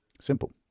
Simple